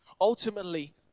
ultimately